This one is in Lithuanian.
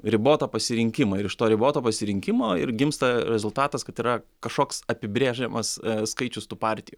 ribotą pasirinkimą ir iš to riboto pasirinkimo ir gimsta rezultatas kad yra kažkoks apibrėžiamas skaičius tų partijų